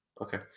Okay